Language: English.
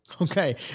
Okay